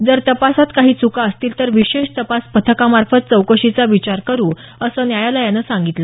जर तपासात काही चुका असतील तर विशेष तपास पथकामार्फत चौकशीचा विचार करू असं न्यायालयानं सांगितलं